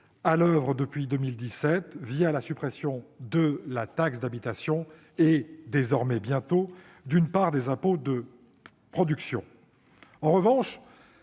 à l'oeuvre depuis 2017 la suppression de la taxe d'habitation et, désormais, d'une partie des impôts de production. En revanche,